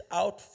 out